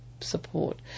support